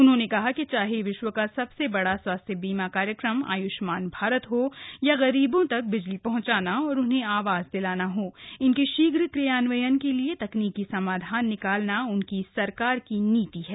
उन्होंने कहा कि चाहे विश्व का सबसे बड़ा स्वास्थ्य बीमा कार्यक्रम आयुष्मान भारत हो या गरीबों तक बिजली पहंचाना और उन्हें आवास दिलाना हो इनके शीघ्र कार्यान्वयन के लिए तकनीकी समाधान निकालना उनकी सरकार की नीति है